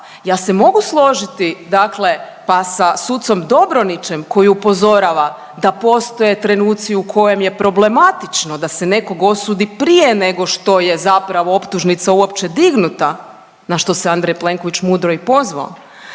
ja se mogu složiti dakle pa sa sucom Dobronićem koji upozorava da postoje trenutku u kojem je problematično da se nekog osudi prije nego što je zapravo optužnica uopće dignuta, na što se Andrej Plenković mudro i pozvao,